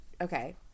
okay